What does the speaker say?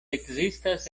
ekzistas